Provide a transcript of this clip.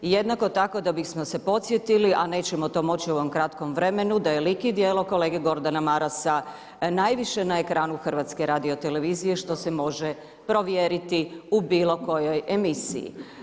Jednako tako da bi smo se podsjetili, a nećemo to moći u kratkom vremenu da je lik i djelo kolege Gordana Marasa najviše na ekranu HRT-a što se može provjeriti u bilo kojoj emisiji.